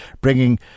bringing